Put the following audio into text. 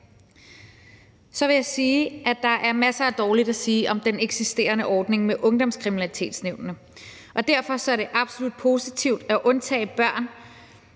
Så vil jeg sige, at der er masser af dårligt at sige om den eksisterende ordning med Ungdomskriminalitetsnævnet, og derfor er det absolut positivt at undtage børn